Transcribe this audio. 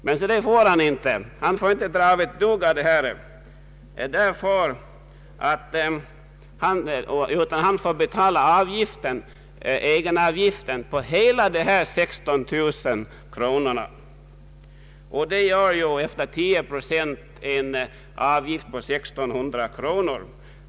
Men han får inte dra av ett dugg på sin egenavgift, utan han får betala avgift på hela beloppet 16 000 kronor. Med en avgift på 10 procent blir det 1600 kronor.